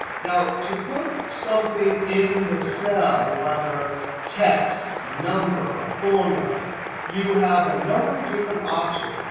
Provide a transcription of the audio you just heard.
now, to put something in the cell whether it's text, number, a formula you have a number of different options.